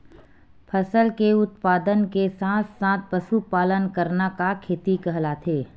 फसल के उत्पादन के साथ साथ पशुपालन करना का खेती कहलाथे?